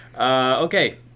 Okay